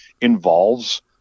involves